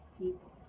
people